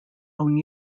own